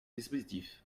dispositif